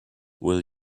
will